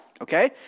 okay